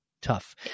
tough